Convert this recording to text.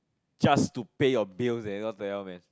just to pay your bills eh what the hell man